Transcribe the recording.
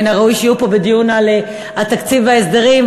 מן הראוי שיהיו פה בדיון על התקציב וההסדרים,